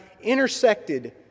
intersected